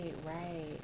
right